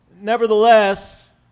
Nevertheless